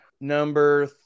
Number